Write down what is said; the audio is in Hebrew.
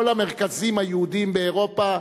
המרכזים היהודיים באירופה,